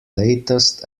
latest